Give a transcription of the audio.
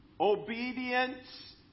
Obedience